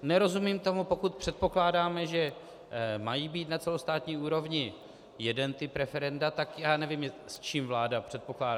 Nerozumím tomu, pokud předpokládáme, že má být na celostátní úrovni jeden typ referenda, tak já nevím, co vláda předpokládá.